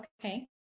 Okay